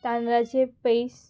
तांदळाची पयस